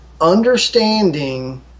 Understanding